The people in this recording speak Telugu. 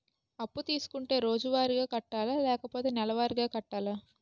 అప్పు తీసుకుంటే రోజువారిగా కట్టాలా? లేకపోతే నెలవారీగా కట్టాలా?